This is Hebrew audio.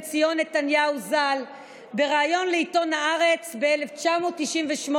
ציון נתניהו ז"ל בריאיון לעיתון הארץ בשנת 1998,